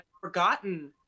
forgotten